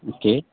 okay